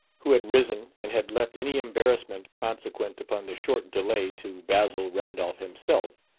who had risen and had left any embarrassment consequent upon the short delay to basil randolph himself,